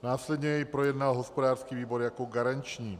Následně jej projednal hospodářský výbor jako garanční.